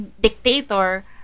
dictator